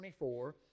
24